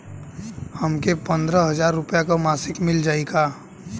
हमके पन्द्रह हजार रूपया क मासिक मिल जाई का?